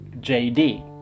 JD